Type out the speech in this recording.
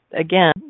again